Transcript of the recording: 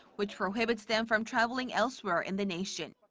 which prohibits them from traveling elsewhere in the nation.